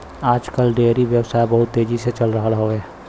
आज कल डेयरी व्यवसाय बहुत तेजी से चल रहल हौवे